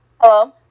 Hello